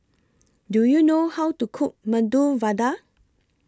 Do YOU know How to Cook Medu Vada